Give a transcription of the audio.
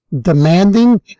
demanding